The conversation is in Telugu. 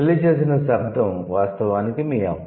పిల్లి చేసిన శబ్దం వాస్తవానికి మియావ్